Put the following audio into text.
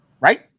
Right